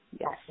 Yes